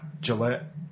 Gillette